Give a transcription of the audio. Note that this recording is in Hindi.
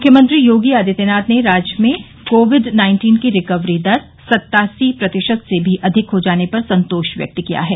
मूख्यमंत्री योगी आदित्यनाथ ने राज्य में कोविड नाइन्टीन की रिकवरी दर सत्तासी प्रतिशत से भी अधिक हो जाने पर संतोष व्यक्त किया है